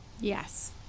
Yes